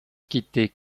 quitter